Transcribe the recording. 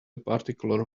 particular